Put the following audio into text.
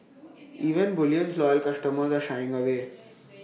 even bullion's loyal customers are shying away